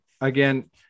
again